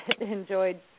enjoyed